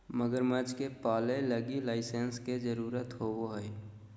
मगरमच्छ के पालय लगी लाइसेंस के जरुरत होवो हइ